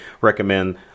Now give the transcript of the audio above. recommend